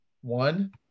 One